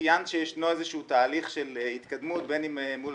ציינת שישנו תהליך של התקדמות בין אם מול